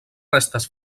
restes